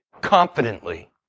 confidently